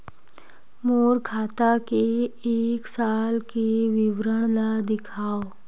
मोर खाता के एक साल के विवरण ल दिखाव?